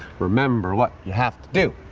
remember what you have to do.